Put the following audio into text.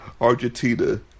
Argentina